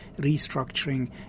restructuring